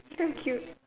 so cute